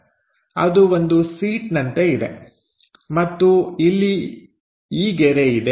ಅದು ಒಂದು ಸೀಟ್ನಂತೆ ಇದೆ ಮತ್ತು ಇಲ್ಲಿ ಈ ಗೆರೆ ಇದೆ